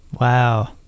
Wow